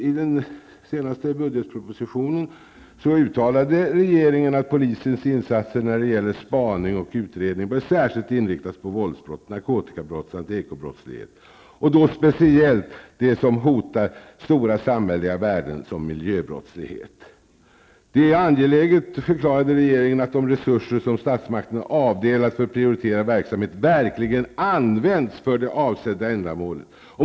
I den senaste budgetpropositionen uttalar regeringen att polisens insatser när det gäller spaning och utredning särskilt bör inriktas på våldsbrott, narkotikabrott samt ekobrottslighet, och då speciellt det som hotar stora samhälleliga värden som miljöbrottslighet. Det är angeläget, förklarade regeringen, att de resurser som statsmakterna avdelat för prioriterad verksamhet verkligen används för det avsedda ändamålet.